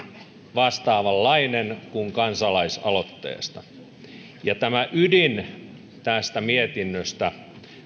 vastaavanlainen kuin kansalaisaloitteesta tämä ydin tästä mietinnöstä